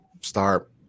start